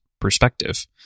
perspective